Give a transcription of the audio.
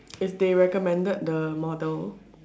if they recommended the model